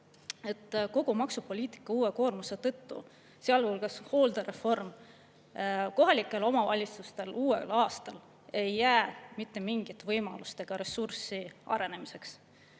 kogu maksupoliitika uue koormuse tõttu, sealhulgas hooldereform, ei jää kohalikele omavalitsustele uuel aastal mitte mingit võimalust ega ressurssi arenemiseks.